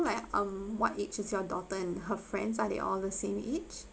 like um what age is your daughter and her friends are they all the same age